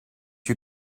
you